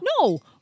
No